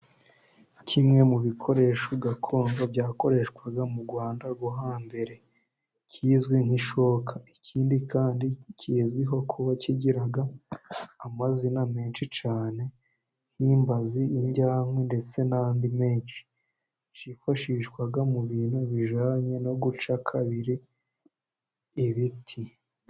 Kimwe mu bikoresho gakondo byakoreshwaga mu Rwanda rwo hambere, kizwi nk'ishoka. Ikindi kandi kizwiho kuba kigira amazina menshi cyane. Nk'imbazi, indyankwi, ndetse n'andi menshi, cyifashishwa mu bintu bijyanye no guca kabiri ibiti.